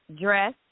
dress